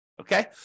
Okay